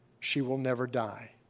she will never die.